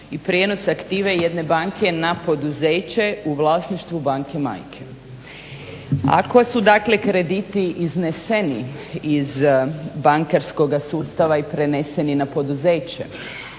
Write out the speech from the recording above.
i prijenos aktive jedne banke na poduzeće u vlasništvu banke majke. Ako su dakle krediti izneseni iz bankarskog sustava i preneseni na poduzeće,